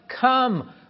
come